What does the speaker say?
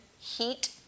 heat